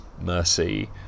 mercy